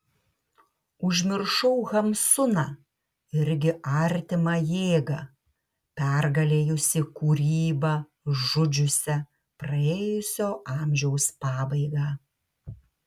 užmiršau hamsuną irgi artimą jėgą pergalėjusį kūrybą žudžiusią praėjusio amžiaus pabaigą